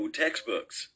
textbooks